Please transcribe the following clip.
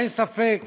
אין ספק